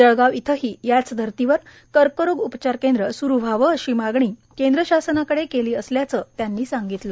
जळगाव इथंही याच धर्तीवर कर्करोग उपचार केंद्र स्रु व्हावे अशी मागणी केंद्र शासनाकडे केली असल्याचेही त्यांनी सांगितलं